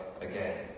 again